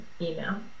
email